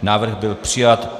Návrh byl přijat.